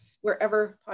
wherever